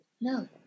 No